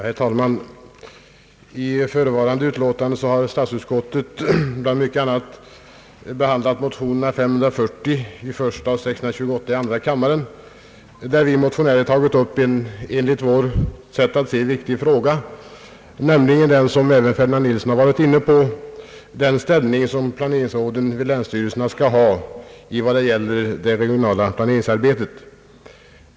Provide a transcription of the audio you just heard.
Herr talman! I förevarande utlåtande har statsutskottet bland mycket annat behandlat motionerna 1I:540 och II: 628, där vi motionärer tagit upp en enligt vårt sätt att se viktig fråga, nämligen den som även herr Ferdinand Nilsson varit inne på och som rör den ställning som planeringsråden vid länsstyrelserna skall ha när det gäller det regionala planeringsarbetet.